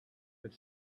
have